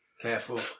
careful